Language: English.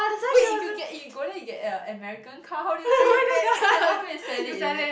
wait if you get if you go there you get uh American car how do you bring it back or you go and sell it is it